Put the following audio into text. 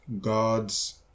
God's